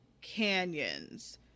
canyons